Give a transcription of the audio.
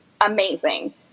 amazing